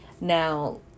now